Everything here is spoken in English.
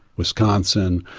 wisconsin.